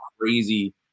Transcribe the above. crazy